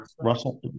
Russell